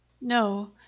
No